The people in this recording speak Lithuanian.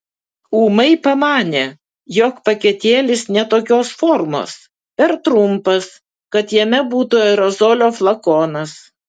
ūmai pamanė jog paketėlis ne tokios formos per trumpas kad jame būtų aerozolio flakonas